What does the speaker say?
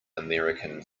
american